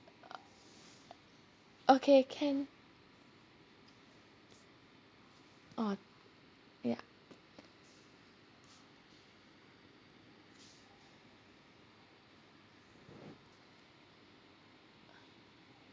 okay can orh ya